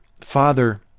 father